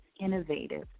innovative